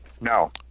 no